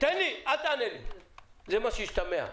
תגיד לי: